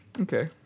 Okay